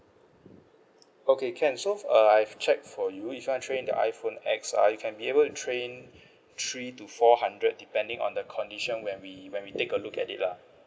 okay can so uh I've checked for you if you want to trade in the iPhone X ah you can be able to trade in three to four hundred depending on the condition when we when we take a look at it lah